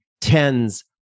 tens